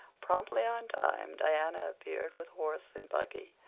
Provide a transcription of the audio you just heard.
promptly on time diana appeared with horse and buggy,